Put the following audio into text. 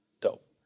Dope